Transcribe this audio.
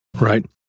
right